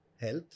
health